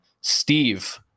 Steve